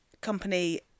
company